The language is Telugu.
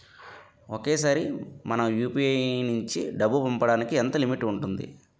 ఒకేసారి మనం యు.పి.ఐ నుంచి డబ్బు పంపడానికి ఎంత లిమిట్ ఉంటుంది?